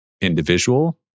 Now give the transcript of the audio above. individual